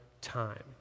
time